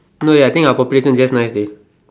no eh I think our population just nice dey